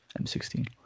m16